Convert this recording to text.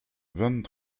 vingt